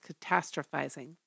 catastrophizing